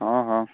ହଁ ହଁ